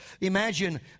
Imagine